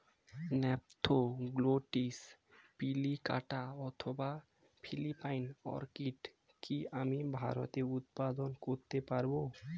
Spathoglottis plicata অথবা Philippine orchid কি আমি ভারতে উৎপাদন করতে পারবো?